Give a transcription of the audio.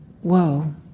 whoa